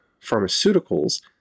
pharmaceuticals